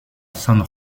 san